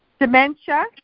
Dementia